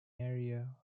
area